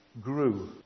grew